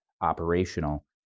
operational